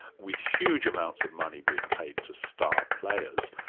with huge amounts of money being paid to star players,